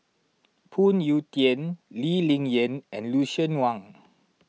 Phoon Yew Tien Lee Ling Yen and Lucien Wang